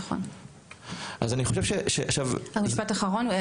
נכון, משפט אחרון.